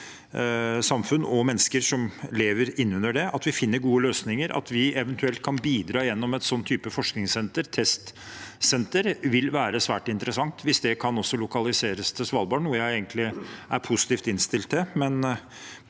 samfunn og mennesker som lever slik. At vi finner gode løsninger, at vi eventuelt kan bidra gjennom en sånn type forskningssenter, testsenter, vil være svært interessant hvis det også kan lokaliseres til Svalbard, noe jeg egentlig er positivt innstilt til,